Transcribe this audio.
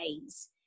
days